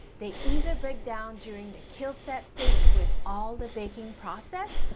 they either break down during the kill-step stage with all the baking process,